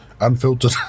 unfiltered